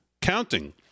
counting